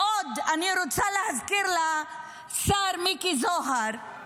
עוד אני רוצה להזכיר לשר מיקי זוהר,